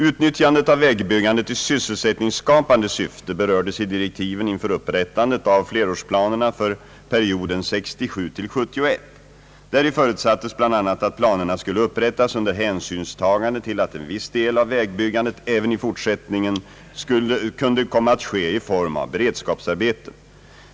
Utnyttjandet av vägbyggandet i sysselsättningsskapande syfte berördes i direktiven inför upprättandet av flerårsplanerna för perioden 1967—1971. Däri förutsattes bl.a. att planerna skulle upprättas under hänsynstagande till att en viss del av vägbyggandet även i fortsättningen kunde komma att ske i form av beredskapsarbeten.